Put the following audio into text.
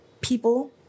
people